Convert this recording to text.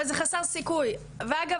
אבל זה חסר סיכוי ואגב,